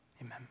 amen